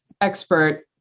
expert